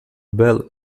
bill